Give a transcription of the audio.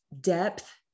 depth